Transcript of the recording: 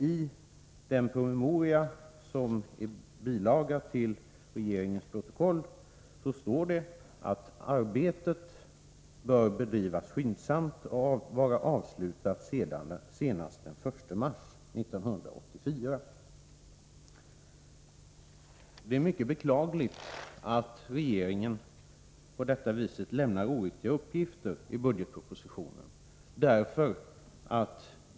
I den promemoria som är en bilaga till regeringens protokoll står det att arbetet bör bedrivas skyndsamt och vara avslutat senast den 1 mars 1984. Det är mycket beklagligt att regeringen på detta vis lämnar oriktiga uppgifter i budgetpropositionen.